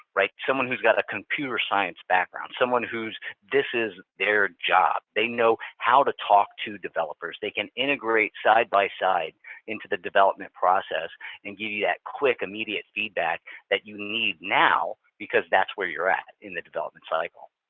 right? someone who's got a computer science background. someone who this is their job. they know how to talk to developers. they integrate side by side into the development process and give you that quick, immediate feedback that you need now because that's where you're at in the development cycle.